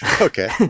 okay